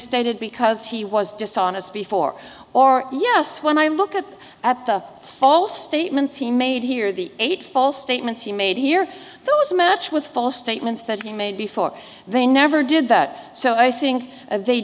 stated because he was dishonest before or yes when i look at the false statements he made here the eight false statements he made here those match with false statements that he made before they never did that so i think they